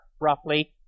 roughly